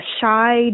shy